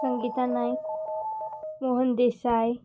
Sangita Naik Mohan Desai